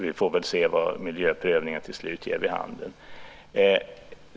Vi får väl se vad miljöprövningen till slut ger vid handen.